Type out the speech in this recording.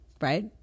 right